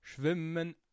schwimmen